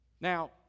Now